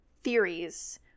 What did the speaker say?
theories